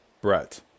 Brett